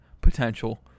potential